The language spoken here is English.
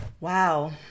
Wow